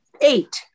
eight